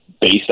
based